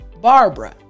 Barbara